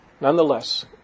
Nonetheless